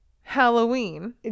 Halloween